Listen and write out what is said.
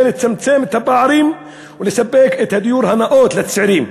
לצמצם את הפערים ולספק את הדיור הנאות לצעירים.